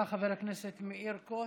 תודה, חבר הכנסת מאיר כהן.